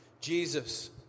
Jesus